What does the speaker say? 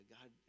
God